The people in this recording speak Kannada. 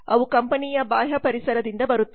ಅವು ಕಂಪನಿಯ ಬಾಹ್ಯ ಪರಿಸರದಿಂದ ಬರುತ್ತವೆ